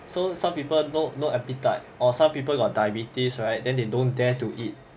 so some people no no appetite or some people got diabetes right then they don't dare to eat